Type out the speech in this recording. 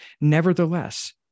Nevertheless